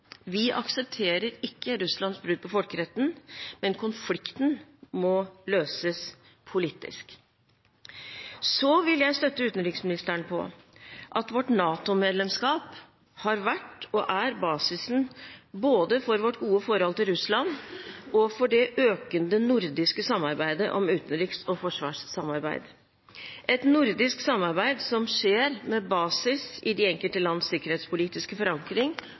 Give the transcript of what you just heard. vi aksepterer ikke Russlands brudd på folkeretten, men konflikten må løses politisk. Jeg vil støtte utenriksministeren i at vårt NATO-medlemskap har vært og er basisen for både vårt gode forhold til Russland og det økende nordiske samarbeidet om utenriks- og forsvarssamarbeid. Det er et nordisk samarbeid som skjer med basis i – og jeg hadde nær sagt «på tross av» – de enkelte landenes sikkerhetspolitiske forankring